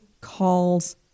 calls